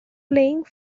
playing